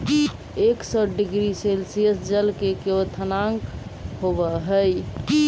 एक सौ degree Celsius जल के क्वथनांक होवऽ हई